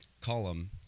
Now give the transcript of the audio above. column